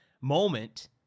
moment